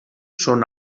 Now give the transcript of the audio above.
són